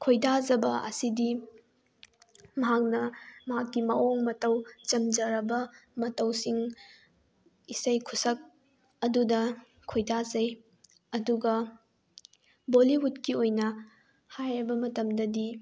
ꯈꯣꯏꯗꯥꯖꯕ ꯑꯁꯤꯗꯤ ꯃꯍꯥꯛꯅ ꯃꯍꯥꯛꯀꯤ ꯃꯑꯣꯡ ꯃꯇꯧ ꯆꯝꯖꯔꯕ ꯃꯇꯧꯁꯤꯡ ꯏꯁꯩ ꯈꯨꯁꯛ ꯑꯗꯨꯗ ꯈꯣꯏꯗꯥꯖꯩ ꯑꯗꯨꯒ ꯕꯣꯂꯤꯋꯨꯠꯀꯤ ꯑꯣꯏꯅ ꯍꯥꯏꯔꯕ ꯃꯇꯝꯗꯗꯤ